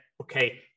okay